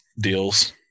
deals